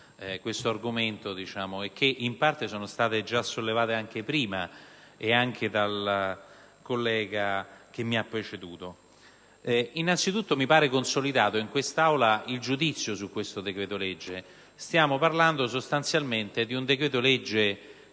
questo argomento e che, in parte, sono state già evidenziate prima, anche dal collega che mi ha preceduto. Innanzitutto mi sembra consolidato in questa Aula il giudizio su questo decreto-legge: stiamo parlando, sostanzialmente, di una